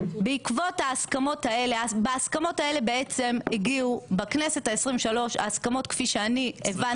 להסכמות האלה הגיעו בכנסת ה-23 כמו שאני הבנתי אותן.